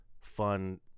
fun